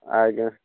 ଆଜ୍ଞା